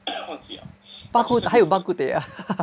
bak-kut 还有 bak-kut-teh ah